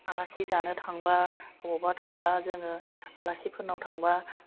आलासि जानो थांबा अबावबा थांबा जोङो आलासिफोरनाव थांबा